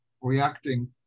reacting